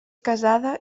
casada